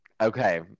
Okay